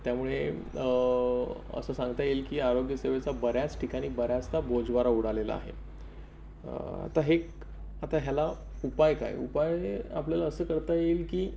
त्यामुळे असं सांगता येईल की आरोग्यसेवेचा बऱ्याच ठिकाणी बऱ्याचदा बोजवारा उडालेला आहे आता हे आता ह्याला उपाय काय उपाय आपल्याला असं करता येईल की